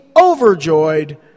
overjoyed